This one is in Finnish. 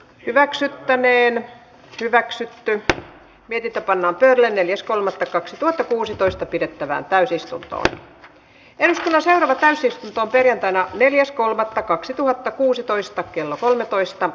hyväksyttäneen hyväksi työtä eri tapana käydä neljäs kolmelta kaksituhattakuusitoista pidettävään täysistuntoon kertosäe täysistunto perjantaina neljäs kolmannetta kaksituhattakuusitoista kello kolmetoista